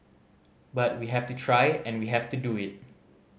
but we have to try and we have to do it